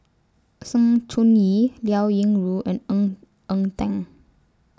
Sng Choon Yee Liao Yingru and Ng Eng Teng